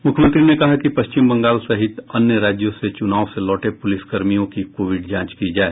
मुख्यमंत्री ने कहा कि पश्चिम बंगाल सहित अन्य राज्यों से चुनाव से लौटे पुलिस कर्मियों की कोविड जाँच की जाए